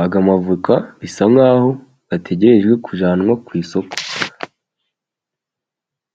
.ay'amavoka bisa nk'aho ategerejwe kujyanwa ku isoko.